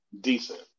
decent